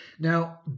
Now